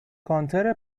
کانتر